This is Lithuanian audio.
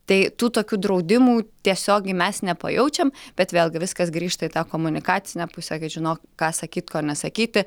tai tų tokių draudimų tiesiogiai mes nepajaučiam bet vėlgi viskas grįžta į tą komunikacinę pusę kai žinok ką sakyt ko nesakyti